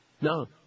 No